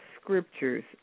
scriptures